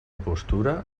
postura